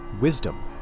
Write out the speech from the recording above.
Wisdom